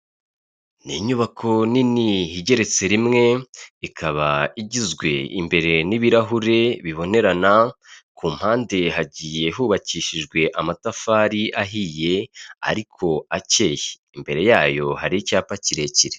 Abagabo n' numudamu bicaye yambaye ijire y'umuhondo irimo akarongo k'umukara asutse ibishuko byumukara, yambaye agashanete mu ijosi, imbere yabo kumeza hari agacupa k'amazi igitabo hejuru hariho bike.